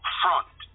front